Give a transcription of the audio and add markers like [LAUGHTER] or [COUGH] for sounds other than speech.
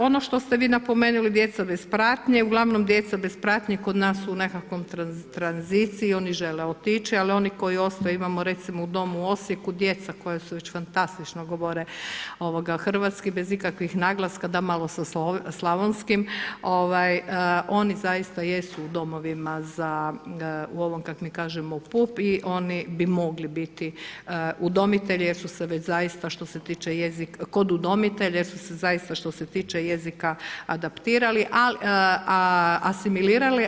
Ono što ste vi napomenuli djeca bez pratnje, uglavnom djeca bez pratnje kod nas su u nekakvom tranziciji, oni žele otići, ali oni koji ostaju, imamo recimo u domu Osijeku djeca koja su već fantastično govore hrvatski bez ikakvih naglaska, da malo sa slavonskim, oni zaista jesu u domovima za u ovom kako mi kažemo u … [UNINTELLIGIBLE] i oni bi mogli biti udomitelji jer su se već zaista, što se tiče jezika kod udomitelja, jer zaista što se tiče jezika adaptirali, asimilirali.